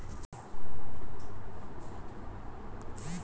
commodity market অনেকটা share মার্কেটের মত যেখানে প্রাকৃতিক উপার্জনের ট্রেডিং হয়